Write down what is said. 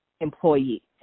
employee